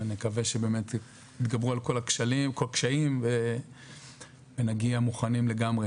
ונקווה שבאמת יתגברו על כל הקשיים ונגיע מוכנים לגמרי.